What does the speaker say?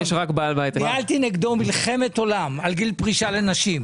עיכוב ביום לא קשור רק לתשלום משכורות.